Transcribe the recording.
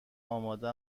آماده